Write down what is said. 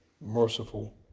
merciful